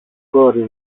κόρη